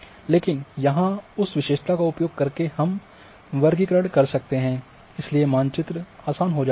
लेकिन यहाँ उस विशेषता का उपयोग करके हम वर्गीकरण कर सकते हैं इसलिए मानचित्र आसान हो जाता है